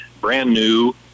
brand-new